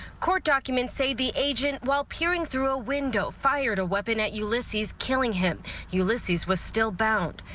court documents say the agent while peering through a window fired a weapon at ulysses killing him ulysses was still bout.